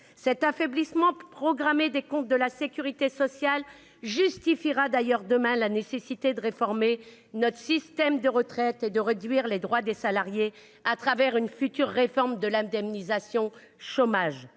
tel affaiblissement programmé des comptes de la sécurité sociale justifiera d'ailleurs demain votre volonté de réformer notre système de retraite et de réduire les droits des salariés à travers une future réforme de l'indemnisation chômage.